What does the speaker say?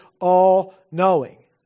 all-knowing